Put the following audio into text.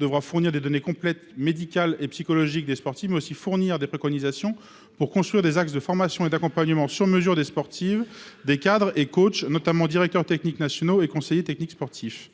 devra fournir des données complètes, médicales et psychologiques des sportives, mais également des préconisations pour construire des axes de formation et d'accompagnement sur mesure des sportives, des cadres et coachs, notamment les directeurs techniques nationaux et les conseillers techniques sportifs,